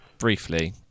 Briefly